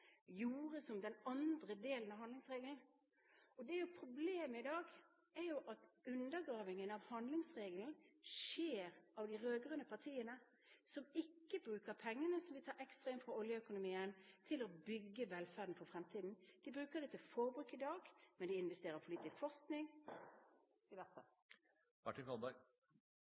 gjorde til den andre delen av handlingsregelen. Problemet i dag er jo at undergravingen av handlingsregelen skjer av de rød-grønne partiene, som ikke bruker pengene som vi tar ekstra inn fra oljeøkonomien, til å bygge velferden for fremtiden. De bruker det til forbruk i dag, men de investerer for lite i forskning